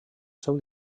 seu